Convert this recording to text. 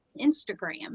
Instagram